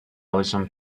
alison